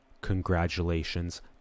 congratulations